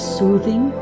soothing